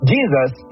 Jesus